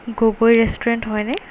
Gogoi restaurant হয়নে